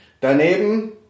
Daneben